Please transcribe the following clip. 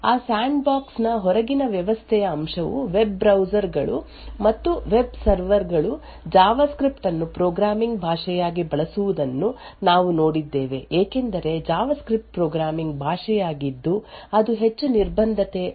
ಆ ಸ್ಯಾಂಡ್ಬಾಕ್ಸ್ ನ ಹೊರಗಿನ ವ್ಯವಸ್ಥೆಯ ಅಂಶವು ವೆಬ್ ಬ್ರೌಸರ್ ಗಳು ಮತ್ತು ವೆಬ್ ಸರ್ವರ್ ಗಳು ಜಾವಾಸ್ಕ್ರಿಪ್ಟ್ ಅನ್ನು ಪ್ರೋಗ್ರಾಮಿಂಗ್ ಭಾಷೆಯಾಗಿ ಬಳಸುವುದನ್ನು ನಾವು ನೋಡಿದ್ದೇವೆ ಏಕೆಂದರೆ ಜಾವಾಸ್ಕ್ರಿಪ್ಟ್ ಪ್ರೋಗ್ರಾಮಿಂಗ್ ಭಾಷೆಯಾಗಿದ್ದು ಅದು ಹೆಚ್ಚು ನಿರ್ಬಂಧಿತವಾಗಿದೆ ಮತ್ತು ಆದ್ದರಿಂದ ಜಾವಾಸ್ಕ್ರಿಪ್ಟ್ ಪ್ರೋಗ್ರಾಂ ಕಾರ್ಯಗತಗೊಳಿಸುವ ಸಿಸ್ಟಮ್ ಗೆ ಪ್ರವೇಶ ಬಹಳ ಸೀಮಿತ